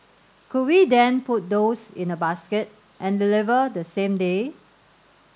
could we then put those in a basket and deliver the same day